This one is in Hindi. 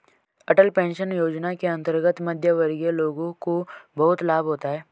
अटल पेंशन योजना के अंतर्गत मध्यमवर्गीय लोगों को बहुत लाभ होता है